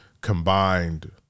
combined